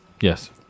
Yes